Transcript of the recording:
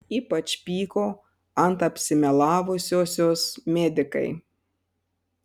ypač pyko ant apsimelavusiosios medikai